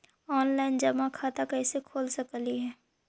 Online जमा खाता कैसे खोल सक हिय?